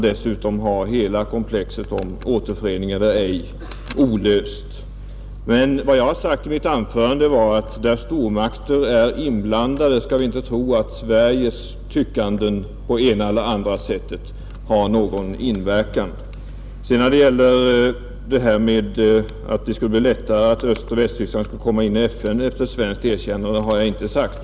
Dessutom har man hela komplexet om återförening eller ej olöst. Men vad jag sade i mitt anförande var att där stormakter är inblandade skall vi inte tro att Sveriges tyckanden på ena eller andra sättet har någon inverkan, Sedan har jag inte sagt att det skulle bli lättare för Östoch Västtyskland att komma in i FN efter ett svenskt erkännande.